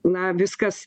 na viskas